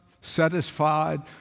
satisfied